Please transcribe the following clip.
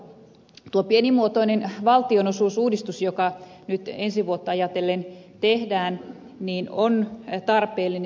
tuo pienimuotoinen valtionosuusuudistus joka nyt ensi vuotta ajatellen tehdään on tarpeellinen